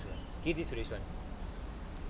keerthy suresh